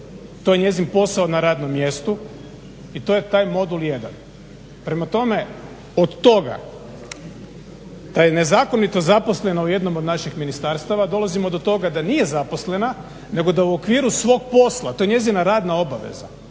To je njezin posao na radnom mjestu i to je taj modul jedan. Prema tome, od toga da je nezakonito zaposlena u jednom od naših ministarstava dolazimo do toga da nije zaposlena, nego da u okviru svog posla, to je njezina radna obaveza.